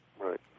Right